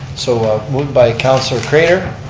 so moved by councilor craitor,